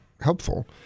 helpful